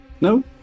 No